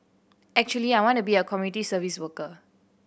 actually I want to be a community service worker